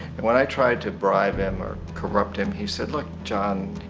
and when i tried to bribe him or corrupt him, he said look, john,